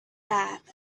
that